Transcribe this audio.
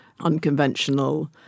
unconventional